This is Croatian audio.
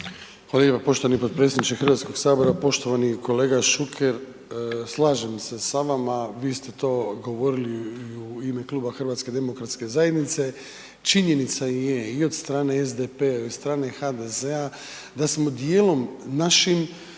Hvala lijepa poštovani potpredsjedniče Hrvatskog sabora. Poštovani kolega Šuker, slažem se sa vama vi ste to i govorili u ime Kluba HDZ-a, činjenica je i od strane SDP-a i od strane HDZ-a da smo dijelom našim